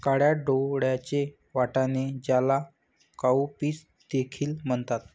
काळ्या डोळ्यांचे वाटाणे, ज्याला काउपीस देखील म्हणतात